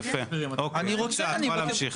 יפה, את יכולה להמשיך.